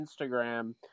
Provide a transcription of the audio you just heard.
Instagram